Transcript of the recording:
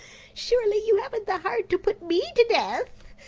surely you haven't the heart to put me to death?